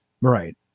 right